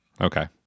okay